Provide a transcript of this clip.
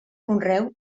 conreu